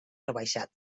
rebaixat